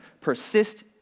persist